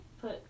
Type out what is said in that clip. put